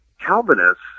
Calvinists